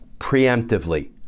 preemptively